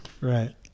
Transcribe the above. Right